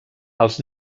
els